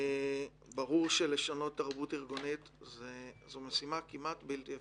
ברור שלשנות תרבות ארגונית זו משימה כמעט בלתי אפשרית.